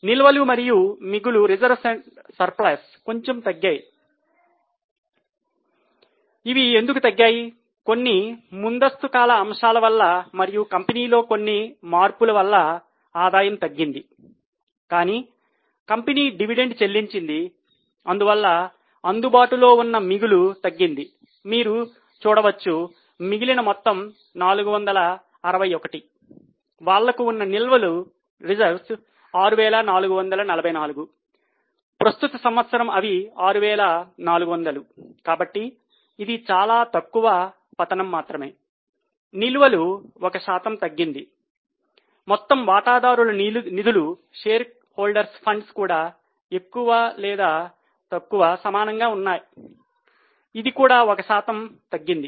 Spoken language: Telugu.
నిల్వలు మరియు మిగులు కూడా ఎక్కువ లేదా తక్కువ సమానంగా ఉంటాయి ఇది కూడా ఒక శాతం తగ్గింది